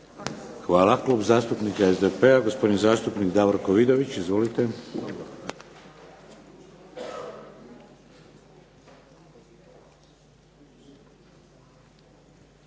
Hvala. Klub zastupnika SDP-a, gospodin zastupnik Davorko Vidović. Izvolite.